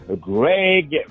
Greg